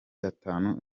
atanu